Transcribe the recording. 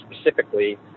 specifically